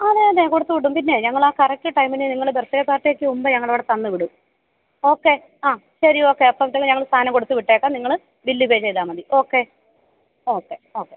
അതെ അതെ കൊടുത്ത് വിടും പിന്നേ ഞങ്ങൾ ആ കറക്റ്റ് ടൈമിന് നിങ്ങൾ ബർത്ത്ഡേ പാർട്ടിക്ക് മുമ്പ് ഞങ്ങൾ അവിടെ തന്നു വിടും ഓക്കെ ആ ശരി ഓക്കെ അപ്പോഴത്തേക്ക് ഞങ്ങൾ സാധനം കൊടുത്തു വിട്ടേക്കാം നിങ്ങൾ ബില്ല് പേ ചെയ്താൽ മതി ഓക്കെ ഓക്കെ ഓക്കെ